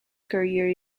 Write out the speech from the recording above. career